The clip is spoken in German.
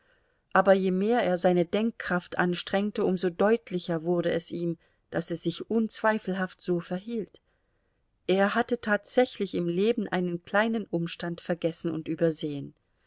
aber je mehr er seine denkkraft anstrengte um so deutlicher wurde es ihm daß es sich unzweifelhaft so verhielt er hatte tatsächlich im leben einen kleinen umstand vergessen und übersehen